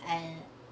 and